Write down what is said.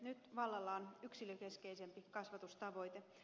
nyt vallalla on yksilökeskeisempi kasvatustavoite